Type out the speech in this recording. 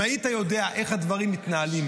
אם היית יודע איך הדברים מתנהלים,